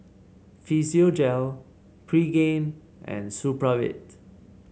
Physiogel Pregain and Supravit